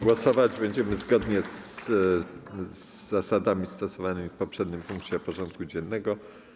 Głosować będziemy zgodnie z zasadami stosowanymi w poprzednim punkcie porządku dziennego.